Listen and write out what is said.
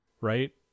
right